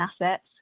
assets